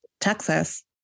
Texas